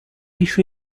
еще